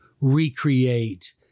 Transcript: recreate